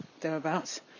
thereabouts